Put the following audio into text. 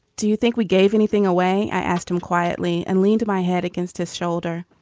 do you think we gave anything away? i asked him quietly, and leaned my head against his shoulder.